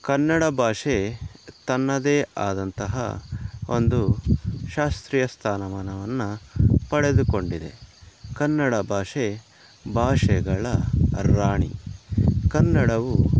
ಕನ್ನಡ ಭಾಷೆ ತನ್ನದೇ ಆದಂತಹ ಒಂದು ಶಾಸ್ತ್ರೀಯ ಸ್ಥಾನಮಾನವನ್ನು ಪಡೆದುಕೊಂಡಿದೆ ಕನ್ನಡ ಭಾಷೆ ಭಾಷೆಗಳ ರಾಣಿ ಕನ್ನಡವು